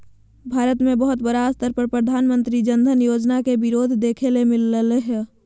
भारत मे बहुत बड़ा स्तर पर प्रधानमंत्री जन धन योजना के विरोध देखे ले मिललय हें